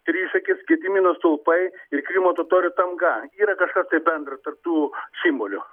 trišakis gedimino stulpai ir krymo totorių tanga yra kažkas tai bendro tarp tų simbolių